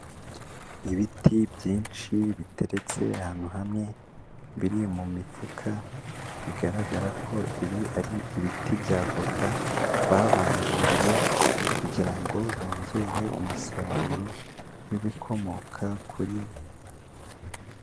Ibiti byinshi biteretse ahantu hamwe, biri mu mifuka, bigaragara ko ibi ari ibiti bya avoka babanguriye kugira ngo bongere umusaruro w'ibikomoka kuri.